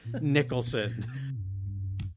Nicholson